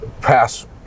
pass